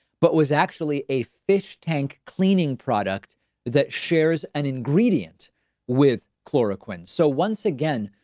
but was actually a fish tank cleaning product that shares an ingredient with chloroquine. so once again,